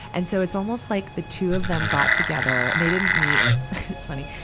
and so, it's almost like the two of them got together. and they didn't meet it's funny.